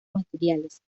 materiales